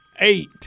eight